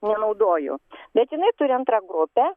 nenaudoju bet jinai turi antrą grupę